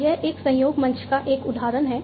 तो यह एक सहयोग मंच का एक उदाहरण है